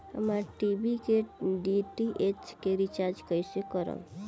हमार टी.वी के डी.टी.एच के रीचार्ज कईसे करेम?